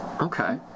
okay